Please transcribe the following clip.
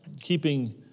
Keeping